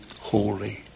holy